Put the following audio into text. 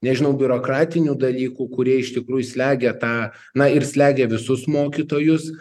nežinau biurokratinių dalykų kurie iš tikrųjų slegia tą na ir slegia visus mokytojus